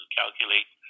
calculate